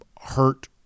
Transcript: hurt